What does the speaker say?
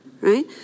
right